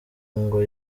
ngo